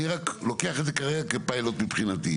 אני רק לוקח את זה כרגע כפיילוט מבחינתי.